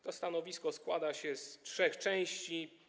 To stanowisko składa się z trzech części.